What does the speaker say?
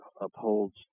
upholds